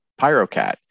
Pyrocat